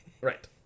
Right